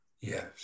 Yes